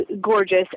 gorgeous